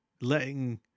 letting